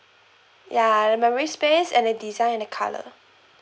ya the memory space and the design and the colour